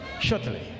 Shortly